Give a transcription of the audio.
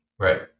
Right